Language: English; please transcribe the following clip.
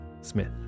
Smith